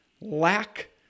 lack